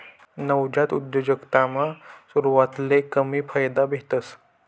नवजात उद्योजकतामा सुरवातले कमी फायदा भेटस